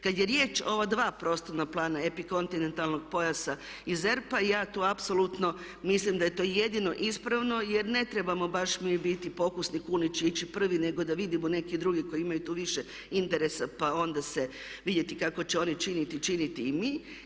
Kada je riječ o ova dva prostorna plana epikontinentalnog pojasa i ZERP-a, ja tu apsolutno mislim da je to jedino ispravno jer ne trebamo baš mi biti pokusni kunići i ići prvi nego da vidimo neke druge koji imaju tu više interesa pa onda vidjeti kako će oni činiti, činiti i mi.